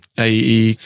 Ae